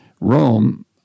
Rome